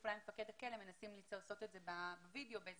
פעולה עם מפקד הכלא מנסים לעשות את זה בווידאו וזה